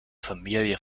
familie